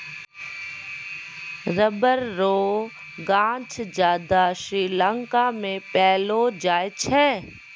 rubber रो गांछ ज्यादा श्रीलंका मे पैलो जाय छै